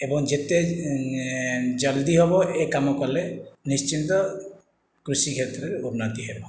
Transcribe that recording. ଏବଂ ଯେତେ ଜଲ୍ଦି ହେବ ଏ କାମ କଲେ ନିଶ୍ଚିନ୍ତ କୃଷି କ୍ଷେତ୍ରରେ ଉନ୍ନତି ହେବ